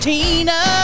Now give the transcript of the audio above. Tina